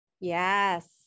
Yes